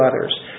others